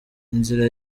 inzira